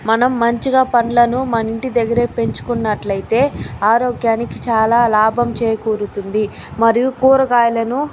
మనం మంచిగా పండ్లను మన ఇంటి దగ్గరే పెంచుకున్నట్లయితే ఆరోగ్యానికి చాలా లాభం చేకూరుతుంది మరియు కురగాయలను